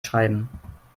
schreiben